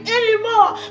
anymore